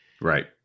Right